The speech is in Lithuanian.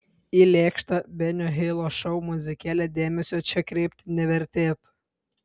į lėkštą benio hilo šou muzikėlę dėmesio čia kreipti nevertėtų